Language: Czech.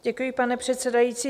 Děkuji, pane předsedající.